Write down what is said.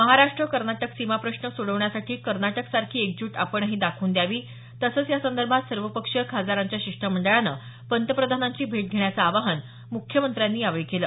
महाराष्ट्र कर्नाटक सीमा प्रश्न सोडवण्यासाठी कर्नाटकसारखी एकजूट आपणही दाखवून द्यावी तसंच यासंदर्भात सर्वपक्षीय खासदारांच्या शिष्टमंडळानं पंतप्रधानांची भेट घेण्याचं आवाहन मुख्यमंत्र्यांनी यावेळी केलं